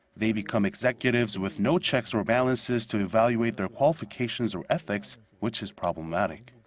they become executives with no checks or balances to evaluate their qualifications or ethics, which is problematic.